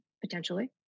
potentially